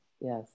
yes